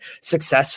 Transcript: successful